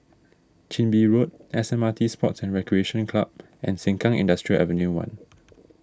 Chin Bee Road S M R T Sports and Recreation Club and Sengkang Industrial Ave one